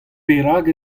perak